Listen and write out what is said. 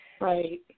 right